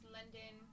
London